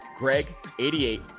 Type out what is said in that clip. GREG88